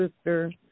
sister